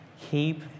Keep